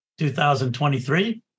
2023